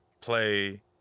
play